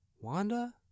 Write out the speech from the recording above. Wanda